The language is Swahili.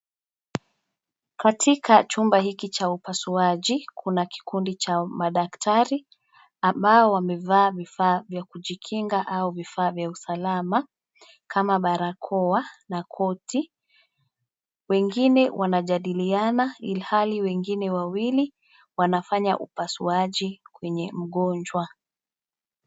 Katika chumba hiki cha upasuaji kuna kikundu cha madaktari, ambao wamevaa vifaa vya kujikinga au vifaa vya usalama, kama barakoa, na koti, wengine wanajadiliana ilhali wengine wawili, wanafanya upasuaji kwenye mgonjwa.